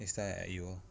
next time I add you ah